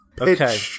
Okay